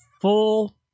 full